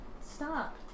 stop